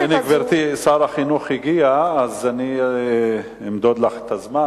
גברתי, שר החינוך הגיע, אז אני אמדוד לך את הזמן.